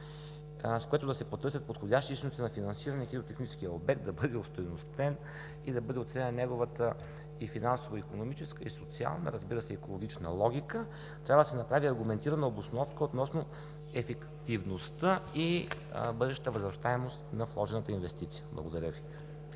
с което да се потърсят подходящи източни на финансиране и хидротехническия обект да бъде остойностен и да бъде оценена неговата и финансово-икономическата, и социална, разбира се, екологична логика, трябва да се направи аргументирана обосновка относно ефективността и бъдещата възвръщаемост на вложената инвестиция. Благодаря Ви.